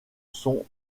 sont